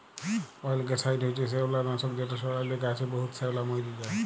অয়েলগ্যাসাইড হছে শেওলালাসক যেট ছড়াইলে গাহাচে বহুত শেওলা মইরে যায়